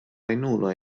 għajnuna